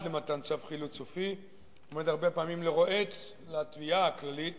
למתן צו חילוט סופי עומד הרבה פעמים לרועץ לתביעה הכללית